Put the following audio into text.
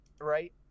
Right